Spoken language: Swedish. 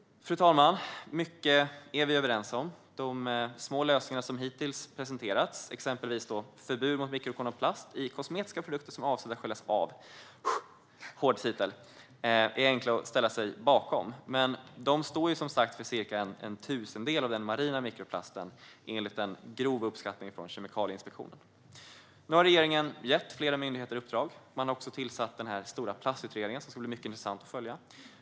Fru talman! Mycket är vi överens om. De små lösningar som hittills presenterats, exempelvis förbud mot mikrokorn av plast i kosmetiska produkter som är avsedda att sköljas av, är enkla att ställa sig bakom. Men mikrokornen står som sagt för cirka en tusendel av den marina mikroplasten, enligt en grov uppskattning från Kemikalieinspektionen. Nu har regeringen gett flera myndigheter uppdrag, och man har också tillsatt plastutredningen, som det ska bli mycket intressant att följa.